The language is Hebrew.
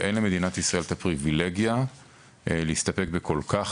ואין למדינת ישראל הפריבילגיה להסתפק במעט כל כך